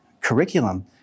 curriculum